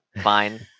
fine